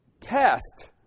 test